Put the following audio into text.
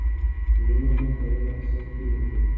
बीमा ना करेला से की होते?